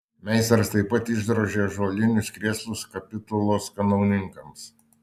meistras taip pat išdrožė ąžuolinius krėslus kapitulos kanauninkams